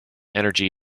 energy